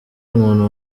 umuntu